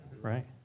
right